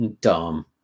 dumb